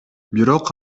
бирок